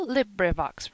LibriVox